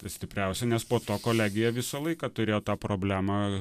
stipriausi nes po to kolegija visą laiką turėjo tą problemą